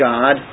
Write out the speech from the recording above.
God